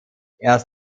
erst